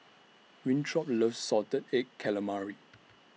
Winthrop loves Salted Egg Calamari